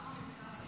אדוני היושב-ראש,